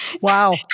wow